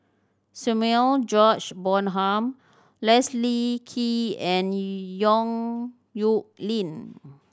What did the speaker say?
Samuel George Bonham Leslie Kee and Yong Nyuk Lin